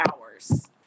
hours